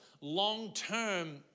long-term